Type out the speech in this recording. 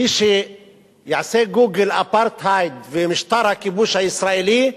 מי שיעשה גוגל "אפרטהייד ומשטר הכיבוש הישראלי"